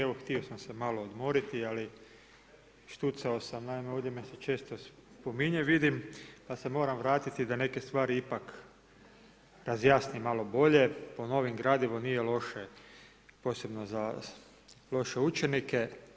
Evo htio sam se malo odmoriti ali štucao sa, naime ovdje me se često spominje vidim, pa se moram vratiti da neke stvari ipak razjasnim malo bolje, ponovim gradivo, nije loše posebno za loše učenike.